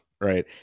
right